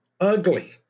ugly